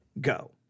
go